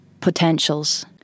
potentials